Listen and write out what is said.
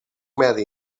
medi